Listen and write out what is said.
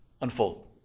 unfold